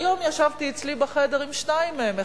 היום ישבתי אצלי בחדר עם שניים מהם,